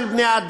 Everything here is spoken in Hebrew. מראש.